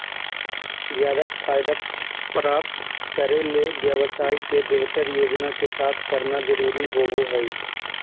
ज्यादा फायदा प्राप्त करे ले व्यवसाय के बेहतर योजना के साथ करना जरुरी होबो हइ